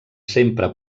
sempre